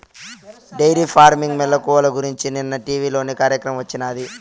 dairy farming మెలుకువల గురించి నిన్న టీవీలోప కార్యక్రమం వచ్చినాది